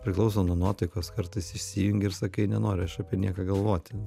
priklauso nuo nuotaikos kartais išsijungi ir sakai nenoriu aš apie nieką galvoti